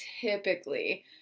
typically